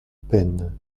peine